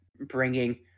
bringing